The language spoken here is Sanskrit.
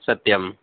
सत्यं